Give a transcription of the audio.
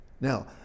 Now